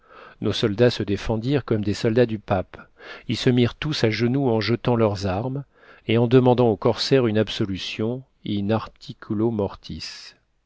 nos soldats se défendirent comme des soldats du pape ils se mirent tous à genoux en jetant leurs armes et en demandant au corsaire une absolution in articulo mortis